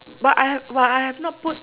but I have but I have not put